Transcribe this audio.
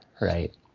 right